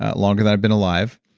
ah longer than i've been alive,